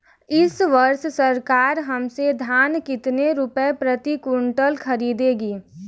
इस वर्ष सरकार हमसे धान कितने रुपए प्रति क्विंटल खरीदेगी?